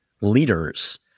leaders